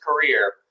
career